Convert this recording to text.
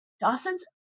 dawson's